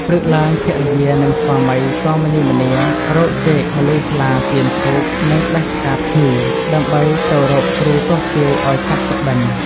ព្រឹកឡើង ភរិយា និងស្វាមីក៏ម្នីម្នារកចេក ម្លូស្លា ទៀនធូប និងបេះផ្កាភ្ញី ដើម្បីទៅរកគ្រូទស្សន៍ទាយឱ្យកាត់សុបិន្ត។